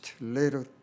little